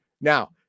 Now